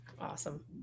Awesome